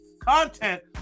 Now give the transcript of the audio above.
content